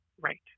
Right